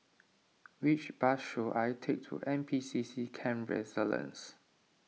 which bus should I take to N P C C Camp Resilience